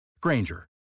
Granger